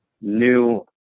new